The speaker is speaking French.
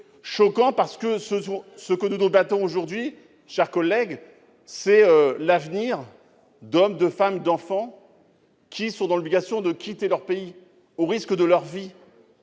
pays, parce que ce dont nous débattons aujourd'hui, mes chers collègues, c'est de l'avenir d'hommes, de femmes, d'enfants qui sont dans l'obligation de quitter leur pays au risque de leur vie.